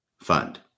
fund